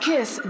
Kiss